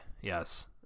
yes